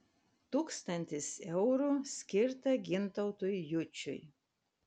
tūkstantis eurų skirta gintautui jučiui